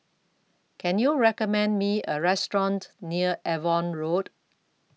Can YOU recommend Me A Restaurant near Avon Road